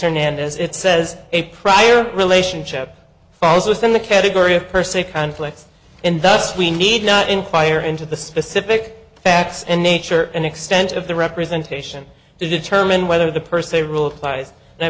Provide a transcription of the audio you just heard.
hernandez it says a prior relationship falls within the category of per se conflicts and thus we need not inquire into the specific facts and nature and extent of the representation to determine whether the per se rule applies and i